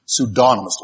pseudonymously